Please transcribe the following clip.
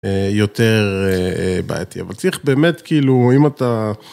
יותר בעייתי, אבל צריך באמת כאילו אם אתה.